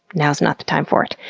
now is not the time for it.